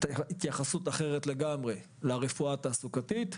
גם התייחסות אחרת לגמרי לרפואה התעסוקתית.